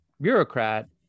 bureaucrat